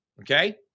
Okay